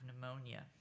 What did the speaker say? pneumonia